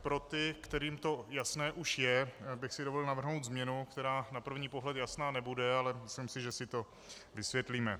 Pro ty, kterým to jasné už je, bych si dovolil navrhnout změnu, která na první pohled jasná nebude, ale myslím si, že si to vysvětlíme.